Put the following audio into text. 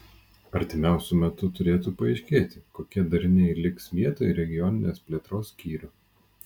artimiausiu metu turėtų paaiškėti kokie dariniai liks vietoj regioninės plėtros skyrių